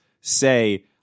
say